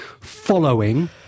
following